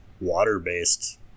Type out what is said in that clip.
water-based